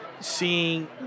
Seeing